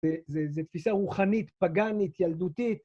‫זו תפיסה רוחנית, פגנית, ילדותית.